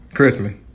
Christmas